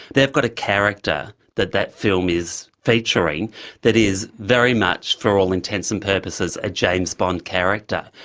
they've got a character that that film is featuring that is very much, for all intents and purposes, a james bond character.